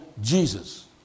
Jesus